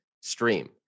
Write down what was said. stream